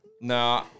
No